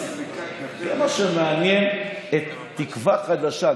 זה מה שמעניין את תקווה חדשה.